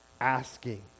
asking